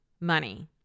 money